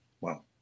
Wow